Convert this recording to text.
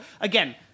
again